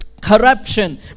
Corruption